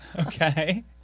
Okay